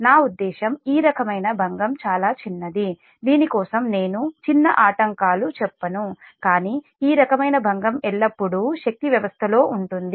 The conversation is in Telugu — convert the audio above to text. నా ఉద్దేశ్యం ఈ రకమైన అలజడి చాలా చిన్నది దీని కోసం నేను చిన్న ఆటంకాలు చెప్పను కానీ ఈ రకమైన అలజడి ఎల్లప్పుడూ శక్తి వ్యవస్థలో ఉంటుంది